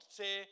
say